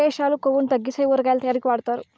కేశాలు కొవ్వును తగ్గితాయి ఊరగాయ తయారీకి వాడుతారు